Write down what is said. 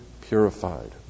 purified